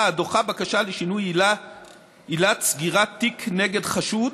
הדוחה בקשה לשינוי עילת סגירת תיק כנגד חשוד